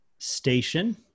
station